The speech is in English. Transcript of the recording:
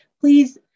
please